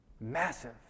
Massive